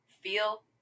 feel